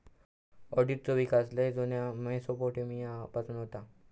ऑडिटचो विकास लय जुन्या मेसोपोटेमिया पासून होता